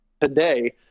today